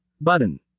button